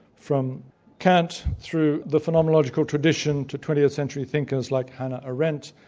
from kant through the phenomenological tradition, to twentieth century thinkers like hannah arendt,